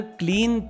clean